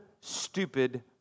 stupid